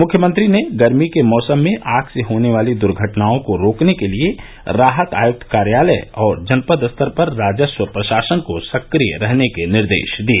मुख्यमंत्री ने गर्मी के मौसम में आग से होने वाली द्र्घटनाओं को रोकने के लिए राहत आयक्त कार्यालय और जनपद स्तर पर राजस्व प्रशासन को सक्रिय रहने के निर्देश दिए